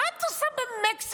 מה את עושה במקסיקו?